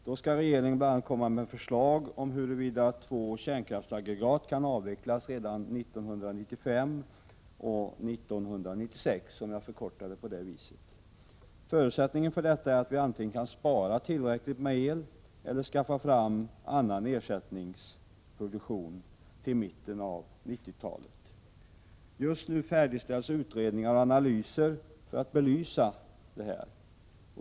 Då skall regeringen bl.a. komma med förslag om hur två kärnkraftsaggregat skall kunna avvecklas redan 1995 och 1996. Förutsättningen för detta är att vi antingen kan spara tillräckligt med el eller kan skaffa fram annan ersättningsproduktion till mitten av 1990-talet. Just nu färdigställs utredningar och analyser för att belysa detta.